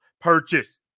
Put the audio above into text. purchase